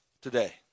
today